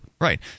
Right